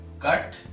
Cut